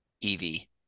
Evie